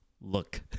look